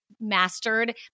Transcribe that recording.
mastered